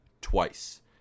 twice